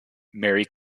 mary